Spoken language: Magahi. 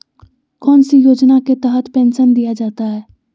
कौन सी योजना के तहत पेंसन दिया जाता है?